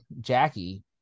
Jackie